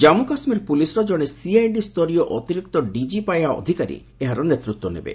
ଜନ୍ମୁ କାଶ୍ମୀର ପୁଲିସ୍ର ଜଣେ ସିଆଇଡିସ୍ତରୀୟ ଅତିରିକ୍ତ ଡିକି ପାହ୍ୟା ଅଧିକାରୀ ଏହାର ନେତୃତ୍ୱ ନେବେ